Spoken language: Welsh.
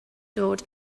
dod